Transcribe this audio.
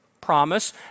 promise